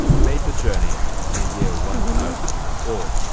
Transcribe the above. made the journey in the year one thousand and four,